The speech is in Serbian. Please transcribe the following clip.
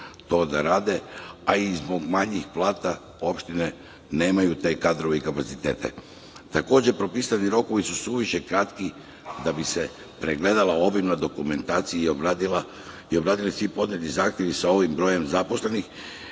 to da rade, a i zbog manjih plata opštine nemaju te kadrove i kapacitete. Takođe, propisani rokovi su suviše kratki da bi se pregledala obimna dokumentacija i obradili svi podneti zahtevi sa ovim brojem zaposlenih